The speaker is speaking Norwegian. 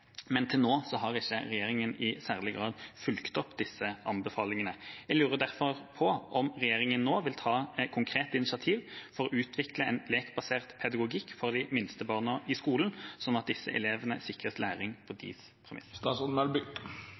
men til nå har ikke regjeringa i særlig grad fulgt opp disse anbefalingene. Jeg lurer derfor på om regjeringa nå vil ta konkrete initiativ for å utvikle en lekbasert pedagogikk for de minste barna i skolen, sånn at disse elevene sikres læring på